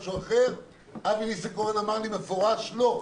אבי ניסנקורן אמר לי במפורש לא.